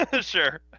sure